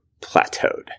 plateaued